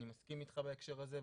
אני מסכים איתך בהקשר הזה,